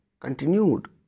continued